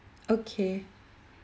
okay